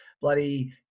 bloody